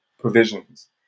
provisions